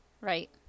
Right